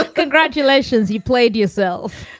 ah congratulations, you played yourself.